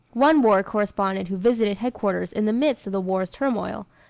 one war correspondent who visited headquarters in the midst of the war's turmoil,